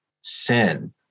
sin